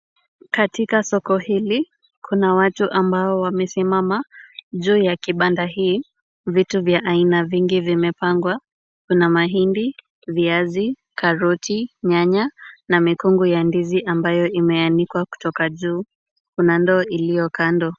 Katika soko hili, kuna watu ambao wamesimama juu ya kibanda hii, vitu vya aina vingi vimepangwa, kuna mahindi, viazi, karoti, nyanya na mikungu ya ndizi ambayo imeanikwa kutoka juu. Kuna ndoo iliyo kando.